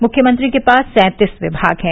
मुख्यमंत्री के पास सैंतीस विभाग हैं